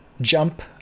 jump